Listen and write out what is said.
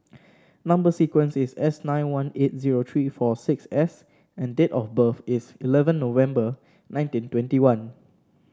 number sequence is S nine one eight zero three four six S and the date of birth is eleven November nineteen twenty one